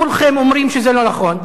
כולכם אומרים שזה לא נכון.